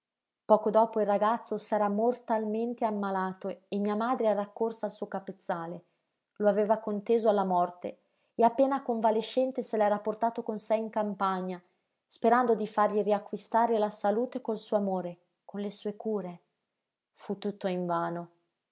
poco dopo il ragazzo s'era mortalmente ammalato e mia madre era accorsa al suo capezzale lo aveva conteso alla morte e appena convalescente se l'era portato con sé in campagna sperando di fargli riacquistare la salute col suo amore con le sue cure fu tutto invano